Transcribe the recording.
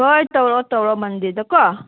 ꯍꯣꯏ ꯇꯧꯔꯛꯑꯣ ꯇꯧꯔꯛꯑꯣ ꯃꯟꯗꯦꯗ ꯀꯣ